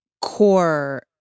core